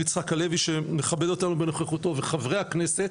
יצחק הלוי שמכבד אותנו בנוכחותו וחברי הכנסת,